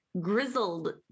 grizzled